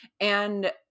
And-